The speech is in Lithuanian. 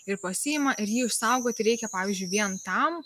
ir pasiima ir jį išsaugoti reikia pavyzdžiui vien tam